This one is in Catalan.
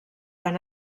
van